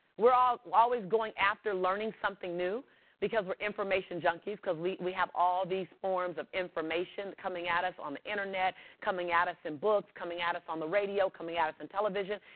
we're always going after learning something new because we're information junkies. because we we have all these forms of information coming at us on the internet, coming at us in books, coming at us on the radio, coming at us in television,